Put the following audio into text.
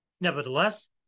Nevertheless